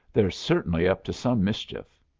they're certainly up to some mischief,